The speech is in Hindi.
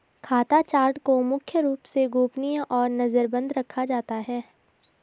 खाता चार्ट को मुख्य रूप से गोपनीय और नजरबन्द रखा जाता है